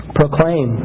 proclaim